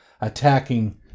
attacking